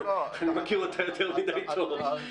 אני מכיר אותה יותר מדי טוב.